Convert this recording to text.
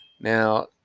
Now